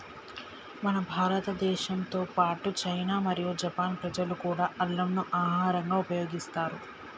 మన భారతదేశంతో పాటు చైనా మరియు జపాన్ ప్రజలు కూడా అల్లంను ఆహరంగా ఉపయోగిస్తారు